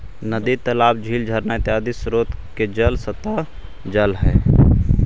नदी तालाब, झील झरना इत्यादि स्रोत के जल सतही जल हई